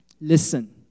Listen